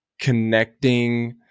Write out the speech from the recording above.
connecting